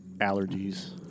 Allergies